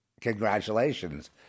Congratulations